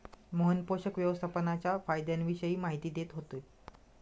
मोहन पोषक व्यवस्थापनाच्या फायद्यांविषयी माहिती देत होते